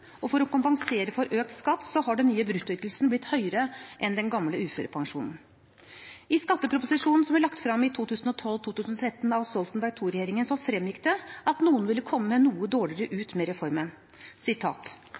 og for å kompensere for økt skatt har den nye bruttoytelsen blitt høyere enn den gamle uførepensjonen. I skatteproposisjonen som ble lagt fram i 2012–2013 av Stoltenberg II-regjeringen, fremgikk det at noen ville komme noe dårligere ut med reformen